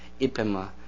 Ipema